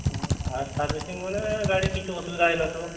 ହଁ fast servicing ମାନେ ଗାଡ଼ି କିଛି ଅସୁବିଧା ହେଇ ନଥିବ